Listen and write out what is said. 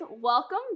welcome